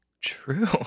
True